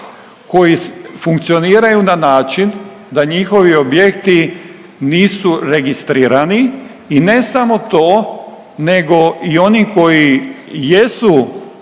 koji funkcioniraju na način da njihovi objekti nisu registrirani i ne samo to nego i oni koji jesu